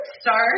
start